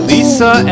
Lisa